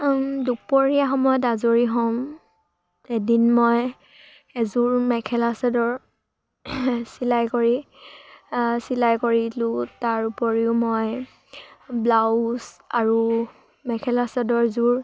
দুপৰীয়া সময়ত আজৰি হওঁ এদিন মই এযোৰ মেখেলা চাদৰ চিলাই কৰি চিলাই কৰিলোঁ তাৰ উপৰিও মই ব্লাউজ আৰু মেখেলা চাদৰ যোৰ